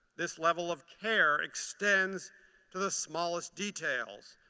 this level of care extends to the smallest details.